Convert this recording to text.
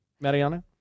Mariana